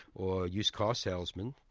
or used car salesmen,